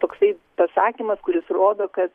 toksai pasakymas kuris rodo kad